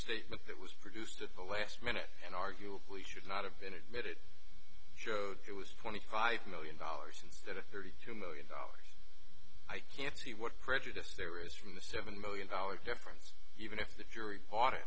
statement that was produced at the last minute and arguably should not have been admitted showed it was twenty five million dollars instead of thirty two million dollars i can't see what prejudice there is from the seven million dollars difference even if the jury bought it